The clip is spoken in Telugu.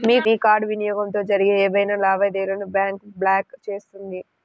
మీ కార్డ్ వినియోగంతో జరిగే ఏవైనా లావాదేవీలను బ్యాంక్ బ్లాక్ చేస్తుంది